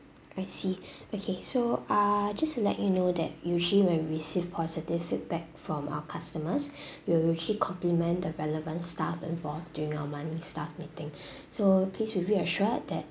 I see okay so uh just to let you know that usually when we receive positive feedback from our customers we'll actually compliment the relevant staff involved during our monthly staff meeting so please be reassured that